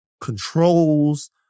controls